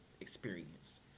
experienced